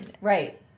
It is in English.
Right